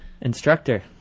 instructor